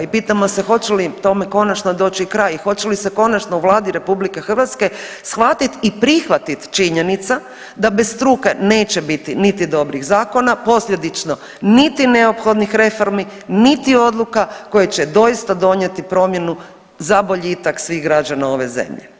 I pitamo se hoće li tome konačno doći kraj i hoće li se konačno u Vladi RH shvatiti i prihvatit činjenica da bez struke neće biti niti dobrih zakona, posljedično niti neophodnih reformi, niti odluka koje će doista donijeti promjenu za boljitak svih građana ove zemlje.